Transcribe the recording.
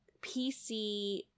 PC